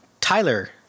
Tyler